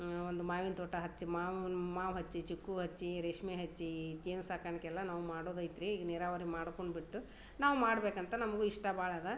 ಒಂದು ಮಾವಿನ ತೋಟ ಹಚ್ಚಿ ಮಾವ್ನ ಮಾವ ಹಚ್ಚಿ ಚಿಕ್ಕು ಹಚ್ಚಿ ರೇಷ್ಮೆ ಹಚ್ಚಿ ಜೇನು ಸಾಕಾಣಿಕೆಯೆಲ್ಲ ನಾವು ಮಾಡೋದೈತ್ರಿ ಈಗ ನೀರಾವರಿ ಮಾಡಿಕೊಂಡ್ಬಿಟ್ಟು ನಾವು ಮಾಡಬೇಕಂತ ನಮ್ಗೂ ಇಷ್ಟ ಭಾಳ ಅದಾ